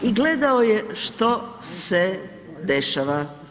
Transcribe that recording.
I gledao je što se dešava.